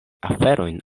aferojn